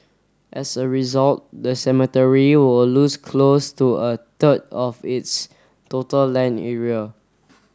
as a result the cemetery will lose close to a third of its total land area